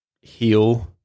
heal